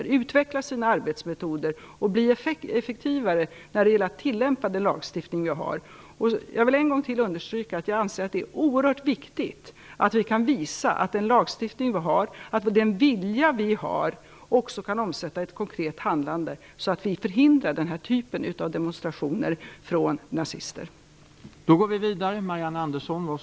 De kommer att diskutera hur arbetsmetoderna kan utvecklas och hur Polisen kan bli effektivare i tillämpningen av lagstiftningen. Jag vill ännu en gång understryka att jag anser att det är oerhört viktigt visa att den lagstiftning och vilja vi har också kan omsättas i ett konkret handlande, så att denna typ av demonstrationer från nazister kan förhindras.